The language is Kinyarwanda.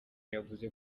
yavuze